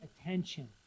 attention